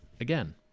Again